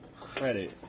credit